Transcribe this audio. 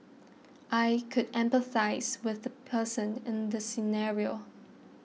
I could empathise with the person in the scenario